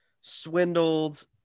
swindled –